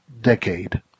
decade